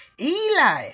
Eli